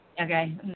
Okay